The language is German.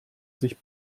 sich